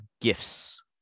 gifts